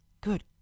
Good